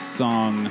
song